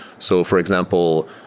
so for example,